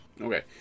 Okay